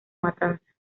matanza